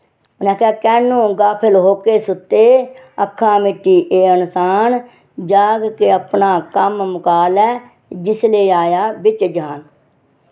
उ'नें आखेआ कैनू गाफिल होके सुत्ते अक्खां मीटी एह् इंसान जाग के अपना कम्म मुका लै जिसले आया बिच जान